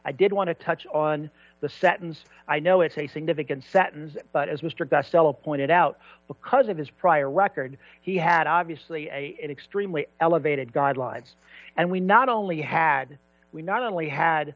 i did want to touch on the sentence i know it's a significant satins but as mr gust ella pointed out because of his prior record he had obviously in extremely elevated guidelines and we not only had we not only had